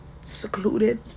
secluded